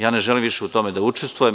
Ja ne želim više u tome da učestvujem.